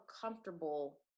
comfortable